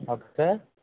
okay sir